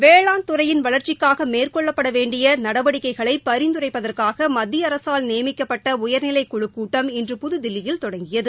வேளாண்துறையின் வளர்ச்சிக்காக மேற்கொள்ளப்பட வேண்டிய நடவடிக்கைகளை பரிந்துரைப்பதற்காக மத்திய அரசால் நியமிக்கப்பட்ட உயர்நிலைக் குழுக் கூட்டம் இன்று புதுதில்லியில் தொடங்கியது